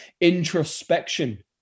introspection